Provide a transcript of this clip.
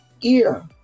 ear